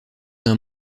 d’un